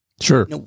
Sure